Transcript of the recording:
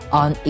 on